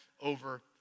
over